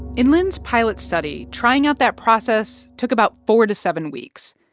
in lynne's pilot study, trying out that process took about four to seven weeks.